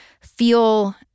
feel –